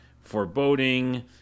foreboding